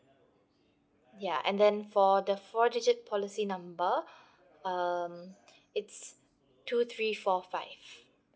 ya and then for the four digit policy number um it's two three four five